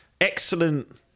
excellent